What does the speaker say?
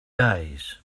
days